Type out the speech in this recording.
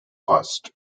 cost